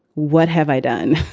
what have i done?